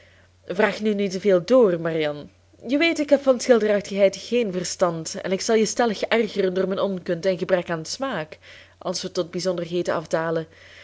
vraag nu niet te veel dr marianne je weet ik heb van schilderachtigheid geen verstand en ik zal je stellig ergeren door mijn onkunde en gebrek aan smaak als we tot bijzonderheden afdalen